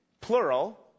plural